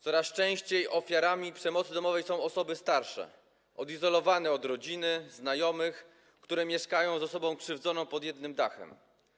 Coraz częściej ofiarami przemocy domowej są osoby starsze, odizolowane od rodziny, znajomych, które mieszkają z osobą krzywdzącą pod jednym dachem.